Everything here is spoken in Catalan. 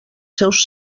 seus